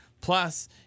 plus